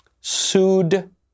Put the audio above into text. sued